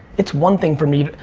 it's one thing for me,